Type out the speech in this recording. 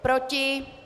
Proti?